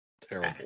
Terrible